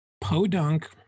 Podunk